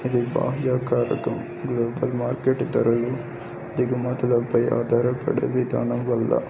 ఇది బాహ్కారకం global market ధరలు దిగుమతులపై ఆధారపడే విధానం వల్ల